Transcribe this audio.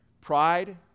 Pride